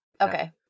Okay